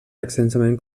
extensament